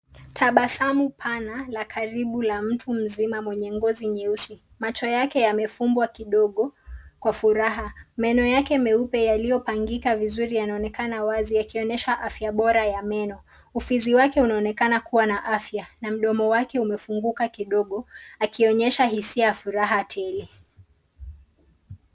Tabasamu pana la karibu la mtu mzima mwenye ngozi nyeusi. Macho yake yamefumbwa kidogo kwa furaha. Meno yake meupe yaliyopangika vizuri yanaonekana wazi yakionyesha afya bora ya meno. Ufizi wake unaonekana kuwa na afya na mdomo wake umefunguka kidogo akionyesha hisia ya furaha tele.